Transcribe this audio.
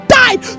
died